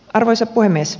arvoisa puhemies